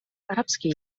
арабские